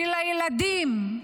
שהילדים,